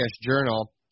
journal